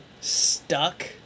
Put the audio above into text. stuck